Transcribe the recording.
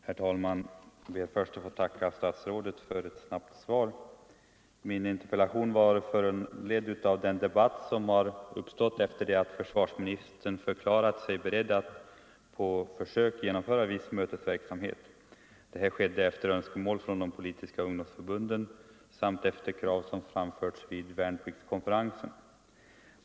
Herr talman! Jag ber först att få tacka statsrådet för ett snabbt svar. Min interpellation var föranledd av den debatt som har uppstått efter det att försvarsministern förklarat sig beredd att på försök genomföra viss mötesverksamhet. Detta skedde efter önskemål från de politiska ungdomsförbunden samt efter krav som framfördes vid värnpliktskonferensen.